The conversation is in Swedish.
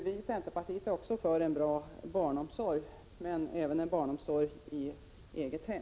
Vi i centerpartiet är också för en bra barnomsorg, men en barnomsorg även i eget hem.